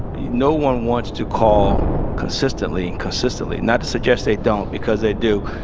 no one wants to call consistently and consistently, not to suggest they don't, because they do.